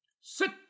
Sit